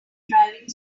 driving